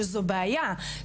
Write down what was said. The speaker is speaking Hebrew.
שזו בעיה,